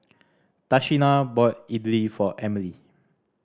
Tashina bought Idili for Emelie